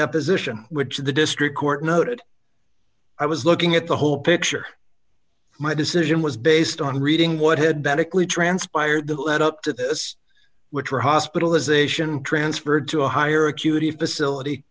deposition which the district court noted i was looking at the whole picture my decision was based on reading what had benteke lee transpired that led up to this which were hospitalization transferred to a higher acuity facility